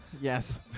Yes